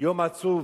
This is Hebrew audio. יום עצוב,